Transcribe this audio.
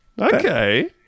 Okay